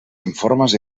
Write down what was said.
informes